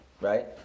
Right